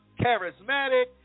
charismatic